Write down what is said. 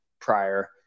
prior